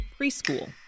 preschool